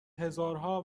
هزارها